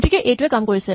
গতিকে এইটোৱে কাম কৰিছে